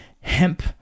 hemp